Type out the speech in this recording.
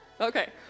Okay